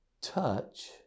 touch